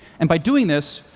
and by doing this,